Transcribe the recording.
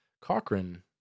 Cochrane